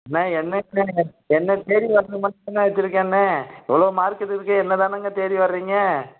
அண்ணே என்றைக்குமே நீங்கள் என்னைத் தேடி நீங்கள் வர்ற மாதிரிதான வச்சுருக்கேண்ணே இவ்வளோ மார்க்கெட்டு இருக்குது என்னைதானங்க தேடி வர்றீங்க